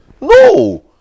no